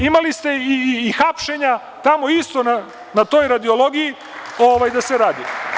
Imali ste i hapšenja isto na toj radiologiji, da se radi.